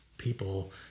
people